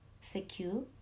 secure